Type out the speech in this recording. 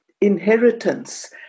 inheritance